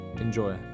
Enjoy